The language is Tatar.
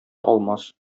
алмас